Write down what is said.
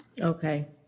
Okay